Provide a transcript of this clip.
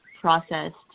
processed